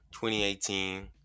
2018